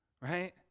Right